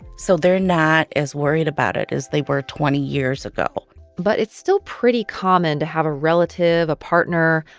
so they're not as worried about it as they were twenty years ago but it's still pretty common to have a relative, a partner,